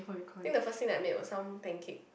think the first thing that I made was some pancake